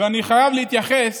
אני חייב להתייחס